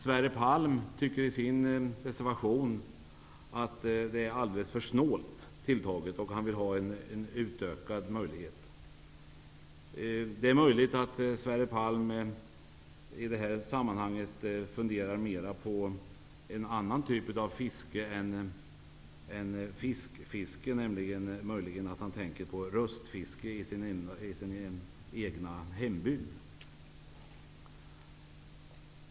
Sverre Palm tycker i sin reservation att det är alldeles för snålt tilltaget. Han vill ha en utökad möjlighet. Det är möjligt att Sverre Palm i det här sammanhanget funderar mera på en annan typ av fiske än fiskfiske, nämligen röstfiske i sin egen hembygd.